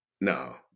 No